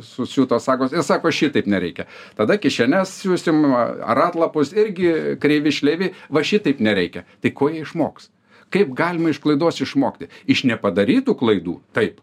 susiūtos sagos ir sako šitaip nereikia tada kišenessiūsim ar atlapus irgi kreivi šleivi va šitaip nereikia tai ko jie išmoks kaip galima iš klaidos išmokti iš nepadarytų klaidų taip